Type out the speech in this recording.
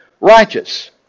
righteous